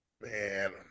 man